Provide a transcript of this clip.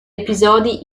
episodi